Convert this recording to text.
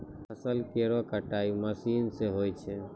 फसल केरो कटाई मसीन सें होय छै